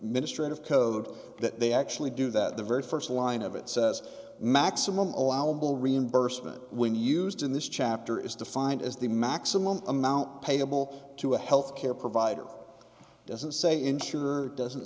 ministry of code that they actually do that the very st line of it says maximum allowable reimbursement when used in this chapter is defined as the maximum amount payable to a health care provider doesn't say insured doesn't